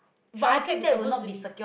shower cap is supposed to be